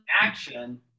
action